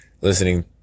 listening